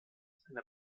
seine